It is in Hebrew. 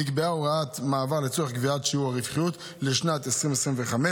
נקבעה הוראת מעבר לצורך קביעת שיעור הרווחיות לשנת 2025,